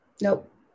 Nope